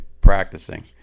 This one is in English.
practicing